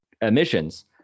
emissions